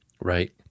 Right